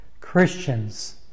Christians